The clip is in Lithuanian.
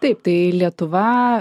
taip tai lietuva